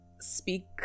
speak